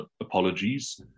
apologies